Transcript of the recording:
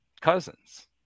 cousins